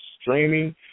streaming